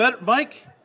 Mike